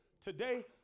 today